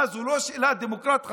מה, זו לא שאלה דמוקרטית חשובה?